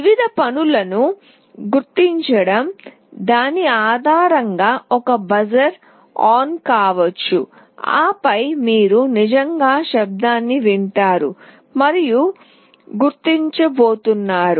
వివిధ పనులను గుర్తించడం దాని ఆధారంగా ఒక బజర్ ఆన్ కావచ్చు ఆపై మీరు నిజంగా శబ్దాన్ని వింటారు మరియు గుర్తించబోతున్నారు